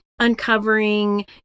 uncovering